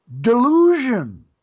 delusion